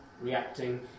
reacting